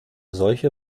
solche